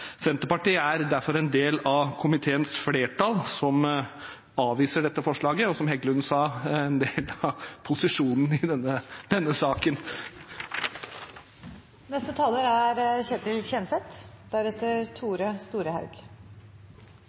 Senterpartiet er derfor en del av komiteens flertall, som avviser dette forslaget, og, som representanten Heggelund sa, en del av posisjonen i denne saken.